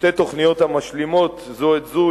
שתי תוכניות המשלימות זו את זו,